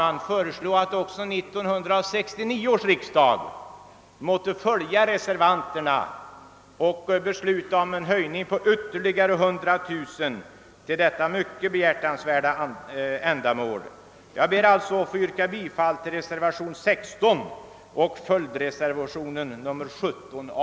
Jag föreslår att också 1969 års riksdag måtte följa reservanterna och besluta om en höjning med ytterligare 100 000 kronor till detta synnerligen behjärtansvärda ändamål. Herr talman! Jag ber att få yrka bifall till reservation 16 och följdreservationen 17 a.